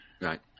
Right